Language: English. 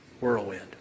whirlwind